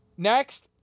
Next